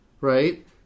right